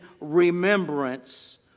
remembrance